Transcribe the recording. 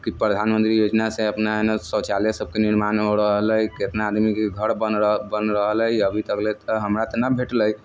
कि प्रधानमंत्री योजनासँ अपना एने शौचालयसभके निर्माण हो रहल हइ कितना आदमीके घर बनि बनि रहल हइ अभी तलक तऽ हमरा तऽ न भेटलै